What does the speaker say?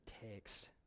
text